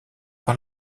par